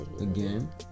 again